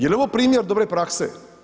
Je li ovo primjer dobre prakse.